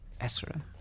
Esra